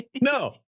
No